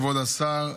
כבוד השר,